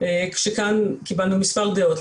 כשכאן קיבלנו מספר דעות.